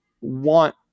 want